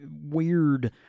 weird